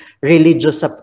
religious